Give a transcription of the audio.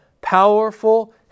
powerful